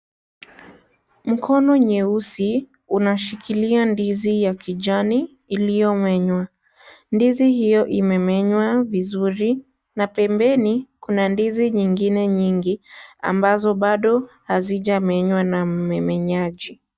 Mkono mweusi unashikilia ndizi ya kijani iliyomenywa, ndizi hiyo imemenywa vizuri na pembeni kuna ndizi nyingine nyingi ambazo bado hazijamenywa na mmemenyaji.